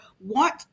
want